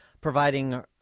providing